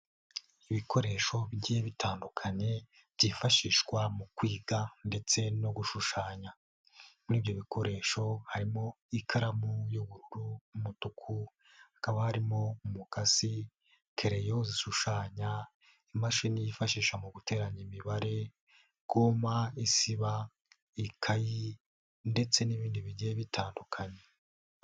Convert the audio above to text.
Ibikoresho bigiye bitandukanye, byifashishwa mu kwiga ndetse no gushushanya. Muri ibyo bikoresho harimo ikaramu y'ubururu, umutuku, hakaba harimo umukasi, kereyo zishushanya, imashini yifashishwa mu guteranya imibare, goma isiba, ikayi ndetse n'ibindi bigiye bitandukanye.